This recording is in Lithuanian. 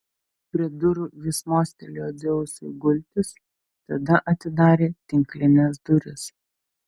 prie durų jis mostelėjo dzeusui gultis tada atidarė tinklines duris